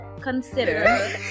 consider